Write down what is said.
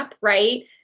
right